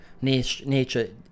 nature